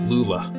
Lula